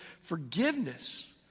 forgiveness